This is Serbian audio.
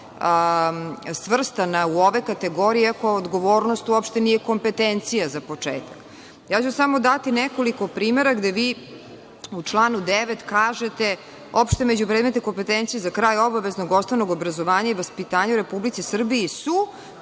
svrstana u ove kategorije. Odgovornost uopšte nije kompetencija, za početak. Daću samo nekoliko primera gde vi u članu 9. kažete – opšte međupredmetne kompetencije za kraj obaveznog osnovnog obrazovanja i vaspitanja u Republici su,